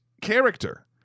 character